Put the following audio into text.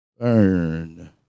Burn